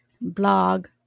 blog